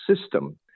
system